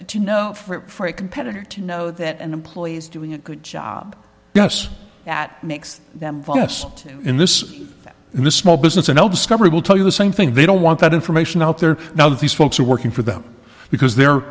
that you know for a competitor to know that an employee's doing a good job yes that makes them for us in this in the small business i know discovery will tell you the same thing they don't want that information out there now that these folks are working for them because the